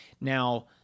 Now